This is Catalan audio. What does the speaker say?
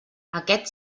aquest